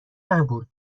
نبود